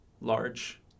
large